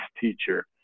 teacher